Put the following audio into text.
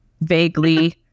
vaguely